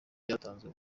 byatanzwe